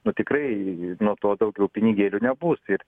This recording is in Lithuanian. nu tikrai nuo to daugiau pinigėlių nebus ir